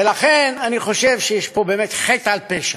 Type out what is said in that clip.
ולכן אני חושב שיש פה באמת חטא על פשע,